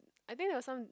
I think there was some